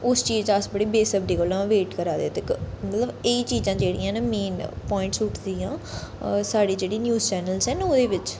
उस चीज दा अस बड़ी बेसब्री कोला वेट करा दे ते मतलब एह् चीजां जेह्ड़ियां न मेन पोआंइटस उट्ठदियां साढ़े जेह्ड़े न्यूज चैनलस न ओह्दे बिच्च